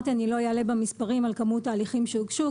על כמות ההליכים שהוגשו,